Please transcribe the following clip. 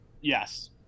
Yes